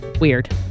weird